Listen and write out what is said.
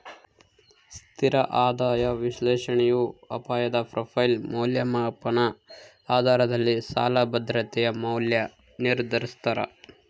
ಸ್ಥಿರ ಆದಾಯ ವಿಶ್ಲೇಷಣೆಯು ಅಪಾಯದ ಪ್ರೊಫೈಲ್ ಮೌಲ್ಯಮಾಪನ ಆಧಾರದಲ್ಲಿ ಸಾಲ ಭದ್ರತೆಯ ಮೌಲ್ಯ ನಿರ್ಧರಿಸ್ತಾರ